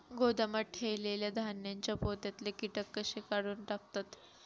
गोदामात ठेयलेल्या धान्यांच्या पोत्यातले कीटक कशे काढून टाकतत?